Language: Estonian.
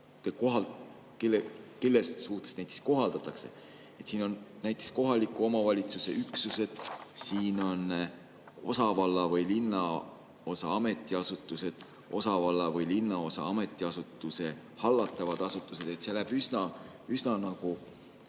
kohta sätestatut kohaldatakse. Siin on näiteks kohaliku omavalitsuse üksused, osavalla või linnaosa ametiasutused, osavalla või linnaosa ametiasutuse hallatavad asutused. See läheb üsna detaili